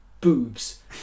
Boobs